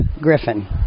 Griffin